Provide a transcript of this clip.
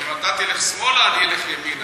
אם אתה תלך שמאלה, אני אלך ימינה.